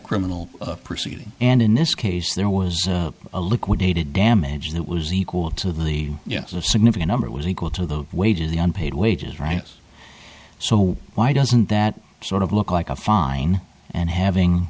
criminal proceeding and in this case there was a liquidated damage that was equal to the yes a significant number was equal to the wages the unpaid wages rise so why doesn't that sort of look like a fine and having